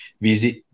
visit